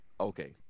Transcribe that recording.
Okay